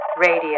Radio